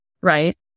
right